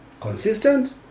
Consistent